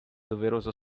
doveroso